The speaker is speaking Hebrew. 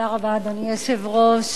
אדוני היושב-ראש,